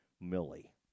Millie